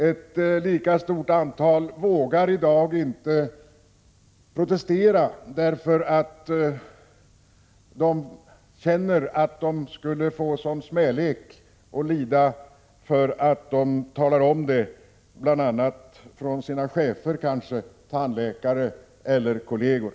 Ett lika stort antal vågar i dag inte protestera, därför att de känner att de skulle få lida smälek bl.a. från sina — Prot. 1986/87:118 chefer, tandläkare eller kolleger.